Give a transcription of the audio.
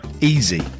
easy